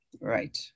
Right